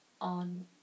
on